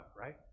right